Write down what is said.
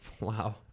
wow